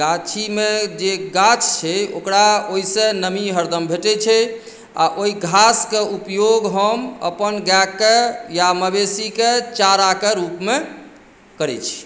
गाछीमे जे गाछ छै ओकरा ओहिसँ नमी हरदम भेटैत छै आ ओहि घासके उपयोग हम अपन गाएके या मवेशीके चाराक रूपमे करैत छी